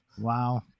Wow